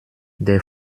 der